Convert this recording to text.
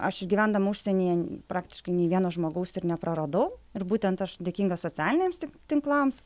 aš gyvendama užsienyje praktiškai nei vieno žmogaus ir nepraradau ir būtent aš dėkinga socialiniams tinklams